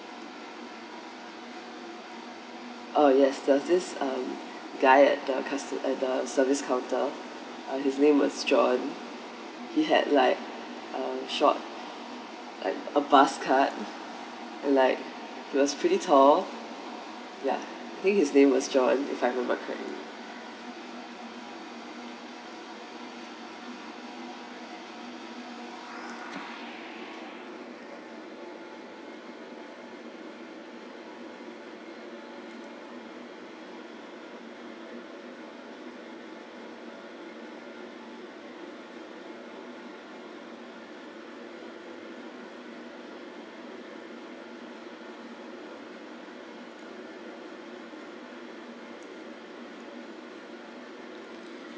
oh yes there was this guy at the custo~ at the service counter his name is John he had like a short like a buzzcut like his is pretty tall I think his name was john if I remember correctly